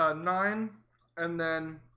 ah nine and then